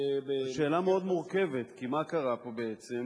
זו שאלה מאוד מורכבת, כי מה קרה פה בעצם?